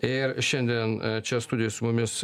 ir šiandien čia studijoj su mumis